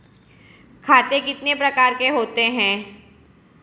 खाते कितने प्रकार के होते हैं?